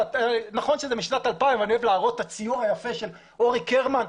נכון שזה משנת 2000 אבל אני אוהב להראות את הציור היפה של אורי קרמן,